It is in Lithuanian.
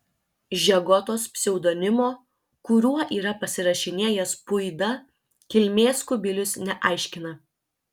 žegotos pseudonimo kuriuo yra pasirašinėjęs puida kilmės kubilius neaiškina